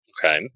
Okay